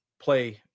play